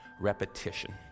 repetition